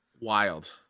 Wild